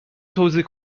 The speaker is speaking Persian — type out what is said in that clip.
توزیع